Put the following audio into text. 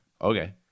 okay